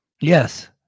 Yes